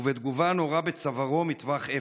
ובתגובה נורה בצווארו מטווח אפס,